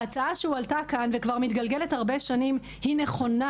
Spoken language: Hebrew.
ההצעה שהועלתה כאן וכבר מתגלגלת הרבה שנים היא נכונה,